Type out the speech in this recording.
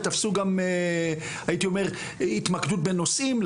ותפסו גם הייתי אומר התמקדות בנושאים,